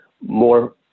more